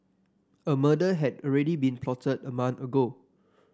a murder had already been plotted a month ago